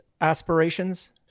aspirations